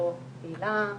לא קהילה,